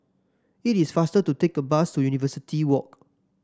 it is faster to take the bus to University Walk